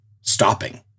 stopping